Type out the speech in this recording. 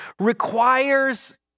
requires